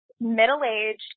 middle-aged